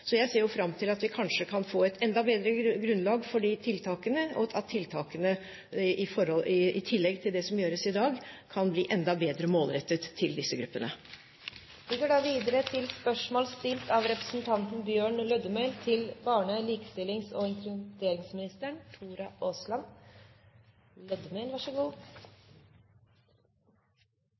Så jeg ser jo fram til at vi kanskje kan få et enda bedre grunnlag for de tiltakene, og at tiltakene, i tillegg til det som gjøres i dag, kan bli enda bedre målrettet mot disse gruppene. Eg har følgjande spørsmål til barne-, likestillings- og inkluderingsministeren: «Tidlegare kommunalminister Erna Solberg innførte i 2004 introduksjonsprogrammet for innvandrarar. Programmet har vore ein suksess, og